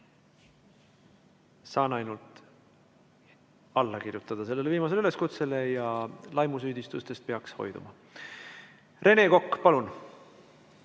Saan ainult alla kirjutada sellele viimasele üleskutsele. Ja laimusüüdistustest peaks hoiduma. Rene Kokk, palun!